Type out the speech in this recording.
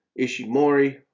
Ishimori